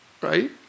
right